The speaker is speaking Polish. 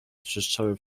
trzeszczały